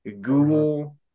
google